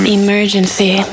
emergency